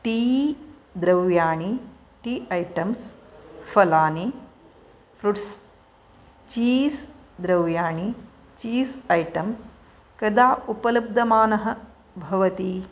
T द्रव्याणि tea items फलानि fruits cheese द्रव्याणि चीस् ऐटम्स् कदा उपलब्धमानः भवति